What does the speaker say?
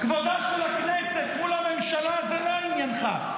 כבודה של הכנסת מול הממשלה זה לא עניינך,